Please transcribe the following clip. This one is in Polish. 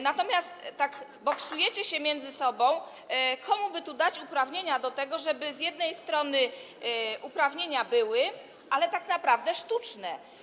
Natomiast boksujecie się między sobą, komu by dać uprawnienia do tego, żeby z jednej strony uprawnienia były, ale tak naprawdę sztuczne.